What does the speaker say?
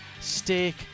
steak